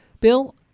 Bill